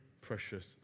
precious